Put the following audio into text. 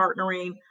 partnering